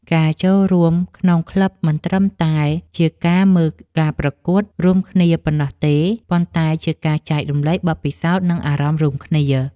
ការចូលរួមក្នុងក្លឹបមិនត្រឹមតែជាការមើលការប្រកួតរួមគ្នាប៉ុណ្ណោះទេប៉ុន្តែជាការចែករំលែកបទពិសោធន៍ និងអារម្មណ៍រួមគ្នា។